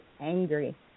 angry